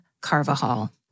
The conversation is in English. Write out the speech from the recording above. Carvajal